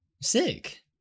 Sick